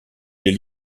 des